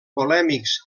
polèmics